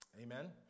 Amen